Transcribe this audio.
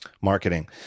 marketing